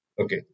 Okay